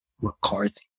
McCarthy